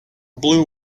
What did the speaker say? blue